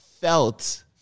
felt